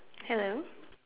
hello